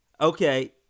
Okay